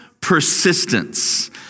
persistence